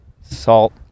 salt